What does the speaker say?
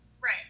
right